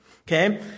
Okay